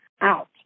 out